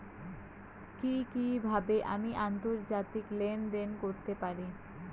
কি কিভাবে আমি আন্তর্জাতিক লেনদেন করতে পারি?